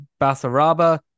Basaraba